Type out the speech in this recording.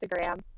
Instagram